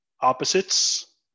opposites